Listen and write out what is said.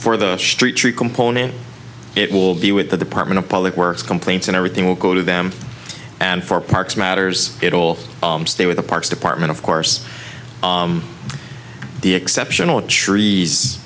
for the street tree component it will be with the department of public works complaints and everything will go to them and for parks matters it'll stay with the parks department of course the exceptional trees